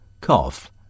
cough